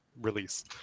release